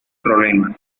problemas